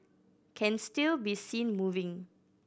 can still be seen moving